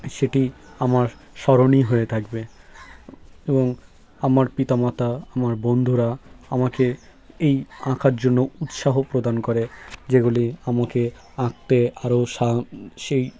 সেটি আমার স্মরণীয় হয়ে থাকবে এবং আমার পিতা মাতা আমার বন্ধুরা আমাকে এই আঁকার জন্য উৎসাহ প্রদান করে যেগুলি আমাকে আঁকতে আরও সেই